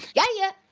yaya